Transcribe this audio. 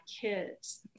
kids